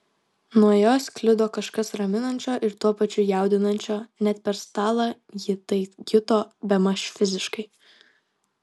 nuo jo sklido kažkas raminančio ir tuo pačiu jaudinančio net per stalą ji tai juto bemaž fiziškai